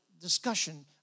discussion